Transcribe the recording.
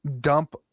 dump